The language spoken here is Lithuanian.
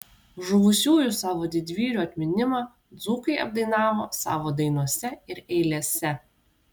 žuvusiųjų savo didvyrių atminimą dzūkai apdainavo savo dainose ir eilėse